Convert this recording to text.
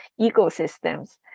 ecosystems